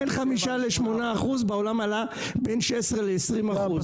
בין-8%-5%, בעולם עלה בין 20%-16%.